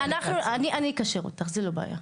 אני אקשר אותך, זה לא בעיה.